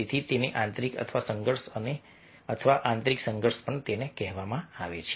તેથી તેને આંતરિક સંઘર્ષ અથવા આંતરિક સંઘર્ષ કહેવામાં આવે છે